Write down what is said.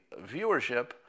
viewership